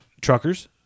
truckers